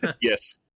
Yes